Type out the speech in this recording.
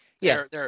Yes